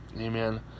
Amen